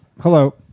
Hello